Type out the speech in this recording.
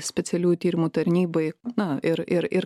specialiųjų tyrimų tarnybai na ir ir ir